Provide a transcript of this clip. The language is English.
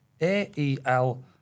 AEL